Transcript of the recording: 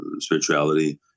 spirituality